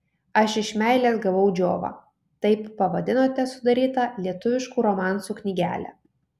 aš iš meilės gavau džiovą taip pavadinote sudarytą lietuviškų romansų knygelę